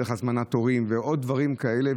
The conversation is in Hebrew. צריך הזמנת תורים ועוד דברים כאלה,